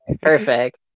Perfect